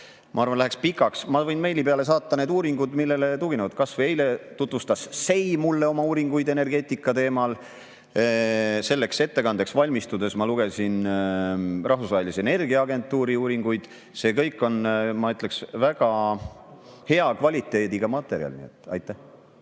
lugemine] läheks pikale, aga ma võin meili peale saata need uuringud, millele ma tuginen. Kas või eile tutvustas SEI mulle oma uuringuid energeetika teemal. Selleks ettekandeks valmistudes ma lugesin Rahvusvahelise Energiaagentuuri uuringuid. See kõik on, ma ütleksin, väga hea kvaliteediga materjal. Aitäh!